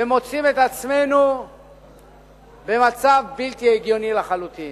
ומוצאים את עצמנו במצב בלתי הגיוני לחלוטין.